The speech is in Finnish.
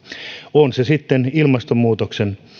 on se sitten ilmastonmuutoksen